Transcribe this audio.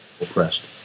oppressed